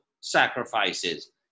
sacrifices